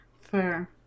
Fair